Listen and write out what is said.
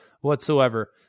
whatsoever